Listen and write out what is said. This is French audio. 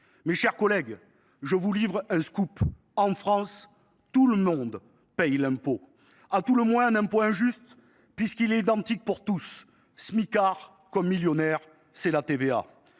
Mes chers collègues, je vous livre un scoop : en France, tout le monde paie l’impôt, à tout le moins un impôt injuste, puisqu’il est identique pour tous, smicards comme millionnaires, je veux